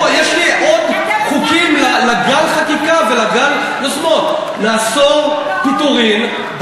יש לי עוד חוקים לגל חקיקה ולגל יוזמות: נאסור פיטורים,